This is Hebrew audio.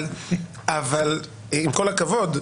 אבל עם כל הכבוד,